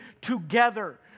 together